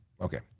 Okay